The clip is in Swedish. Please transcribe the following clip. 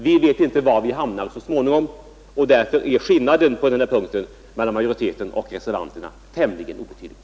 Vi vet inte var vi så småningom hamnar, och därför är skillnaden mellan utskottsmajoriteten och reservanterna på den punkten tämligen obetydlig.